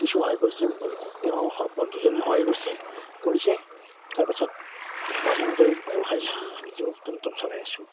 কিছু সহায় কৰিছে তেওঁ বন্ধুজনে সহায় কৰিছে কৰিছে তাৰপাছত মই সেইমতে ব্যৱসায় যিটো টমটম চলাই আছোঁ